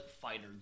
fighter